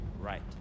Right